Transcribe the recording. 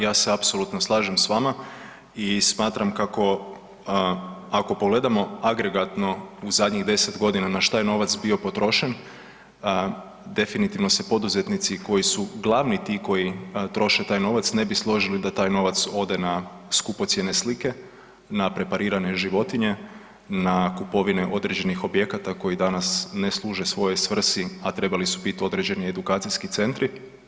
Ja se apsolutno slažem sa vama i smatram kako ako pogledamo agregatno u zadnjih deset godina na šta je novac bio potrošen definitivno se poduzetnici koji su glavni ti koji troše taj novac ne bi složili da taj novac ode na skupocjene slike, na preparirane životinje, na kupovine određenih objekata koji danas ne služe svojoj svrsi a trebali su biti određeni edukacijski centri.